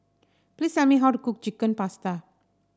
please tell me how to cook Chicken Pasta